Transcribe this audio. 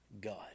God